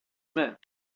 meant